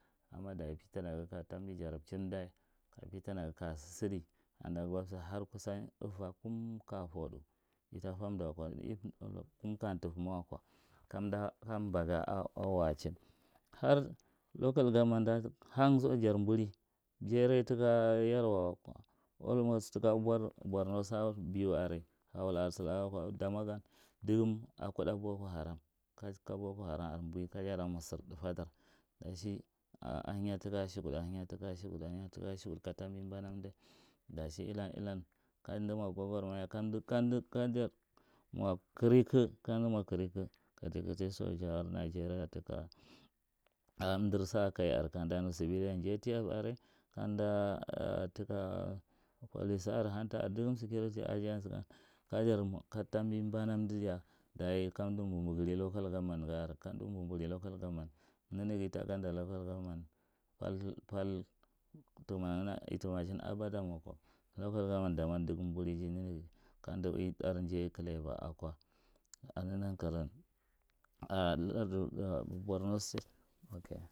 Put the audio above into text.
Amma dayi patina ga k aka tambi jarabchin amda, patina ga ka sa sidi har kusan ava kumka foɗu ita fwa waka kum ka tufu ma wakwa ka mba ga a wa achin, har local governman nda, langso jar mburi, jaro taka yarwa waka, almost taka abwar borno south, biu are nawul are salaka wakwa, damwa gan dogo akuɗa boko haram ka boko haram are ui kajara mwa sar ɗafadar dachi, a hinya taka shukudashinya ta ashukudu ahinya taka ashukud, ka tawbi mbana amda dashi ilan ilan kamda mwa gogor maya, kanda kanda kanda mwa kariko, kamda mwa kariko kate kate sojar nigeria takamdar sa kai are kamda nu civilian jtf kamda, taka policawa are hunter are, dogum security agent kajar mwa, ka tambi mbara amda diya diya kamda mbumbu gari local gomman ga are- kamda mbu mbugari local gomman, kanaga ta ganda local gomman pal, pal, tamangna, a tamachin abadam wakwa local gomman damwan mburiji ndna go kamda ui ɗar jai kaleba akwa. Ka nago nankaroan larda borno state. Ok.